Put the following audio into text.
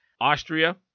Austria